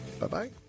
Bye-bye